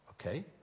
Okay